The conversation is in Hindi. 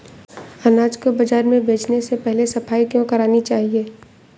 अनाज को बाजार में बेचने से पहले सफाई क्यो करानी चाहिए?